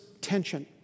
Tension